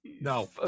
No